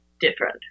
different